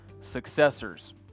Successors